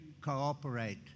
cooperate